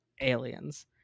aliens